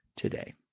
today